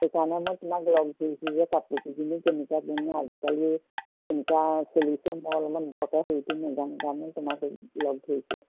সেইকাৰণে মই তোমাক লগ ধৰিছোঁ যে কাপোৰখিনি কেনেকুৱা দিমনো আজিকালি কেনেকুৱা চলিছে মই অলপমান বৰকৈ সেইটো নাজানো তোমাক লগ ধৰিছোঁ